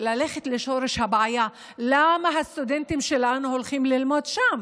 ללכת לשורש הבעיה: למה הסטודנטים שלנו הולכים ללמוד שם.